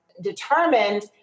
determined